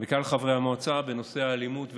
ואת כלל חברי המועצה בנושא האלימות והפשיעה.